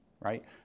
right